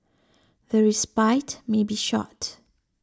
the respite may be short